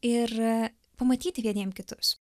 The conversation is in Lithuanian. ir pamatyti vieniem kitus